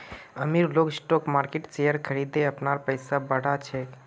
अमीर लोग स्टॉक मार्किटत शेयर खरिदे अपनार पैसा बढ़ा छेक